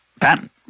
patent